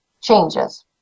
changes